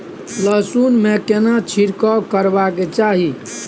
लहसुन में केना छिरकाव करबा के चाही?